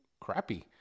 crappy